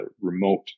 remote